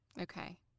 Okay